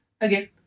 again